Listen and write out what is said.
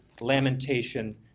lamentation